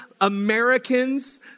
Americans